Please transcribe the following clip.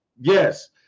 Yes